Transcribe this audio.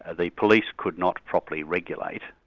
and the police could not properly regulate,